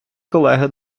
колеги